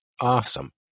Awesome